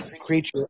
creature